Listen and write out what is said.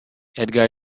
edgar